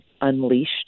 unleashed